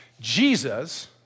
Jesus